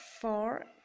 four